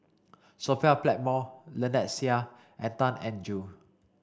Sophia Blackmore Lynnette Seah and Tan Eng Joo